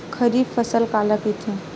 खरीफ फसल काला कहिथे?